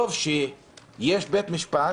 טוב שיש בית משפט